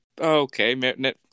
okay